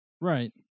Right